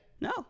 No